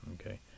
Okay